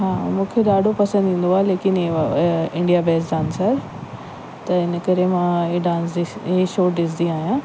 हा मूंखे ॾाढो पसंदि ईंदो आहे लेकिनि इहे इंडिया बैस्ट डांसर त इनकरे मां इहे डांस ॾिस इहे शो ॾिसंदी आहियां